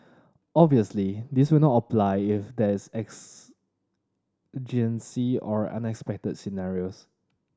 obviously this will not apply if there's exigencies or unexpected scenarios